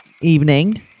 evening